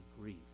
grief